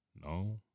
No